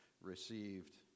received